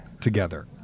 together